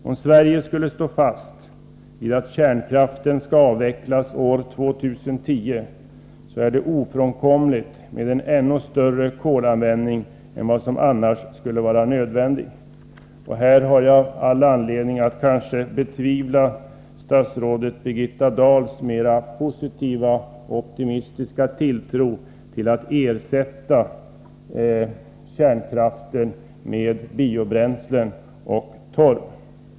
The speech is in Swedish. Om Sverige skulle stå fast vid att kärnkraften skall avvecklas år 2010, är det ofrånkomligt med en ännu större kolanvändning än vad som annars skulle vara nödvändigt. I detta sammanhang har jag all anledning att betvivla statsrådet Birgitta Dahls mera positiva och optimistiska tilltro till möjligheterna att ersätta kärnkraften med biobränslen och torv.